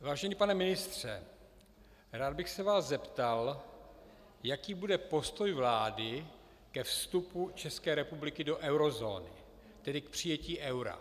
Vážený pane ministře, rád bych se vás zeptal, jaký bude postoj vlády ke vstupu České republiky do eurozóny, tedy k přijetí eura.